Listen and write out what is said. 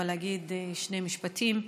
אבל אגיד שני משפטים.